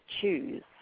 choose